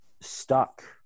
stuck